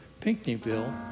Pinckneyville